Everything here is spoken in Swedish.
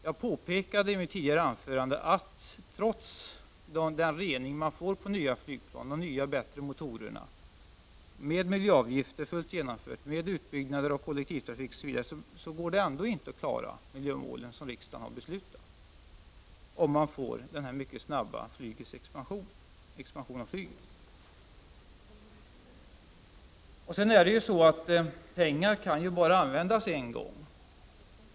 Jag påpekade i mitt tidigare anförande att det, trots den rening som finns på nya flygplan, trots de nya bättre motorerna, med miljöavgifter fullt genomfört, med utbyggnader av kollektivtrafik osv., ändå inte går att klara de miljömål som riksdagen har beslutat om, om denna mycket snabba expansion av flyget genomförs. Pengar kan bara användas en gång.